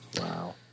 wow